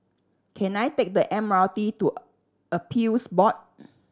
can I take the M R T to Appeals Board